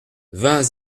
vingt